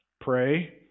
pray